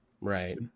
Right